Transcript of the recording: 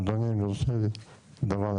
אדוני, אם יורשה לי דבר אחד.